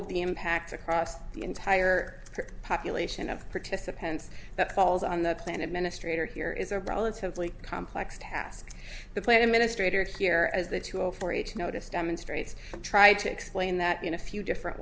of the impacts across the entire population of participants that falls on the planet ministry or here is a relatively complex task the plan administrator here as the tool for each notice demonstrates tried to explain that in a few different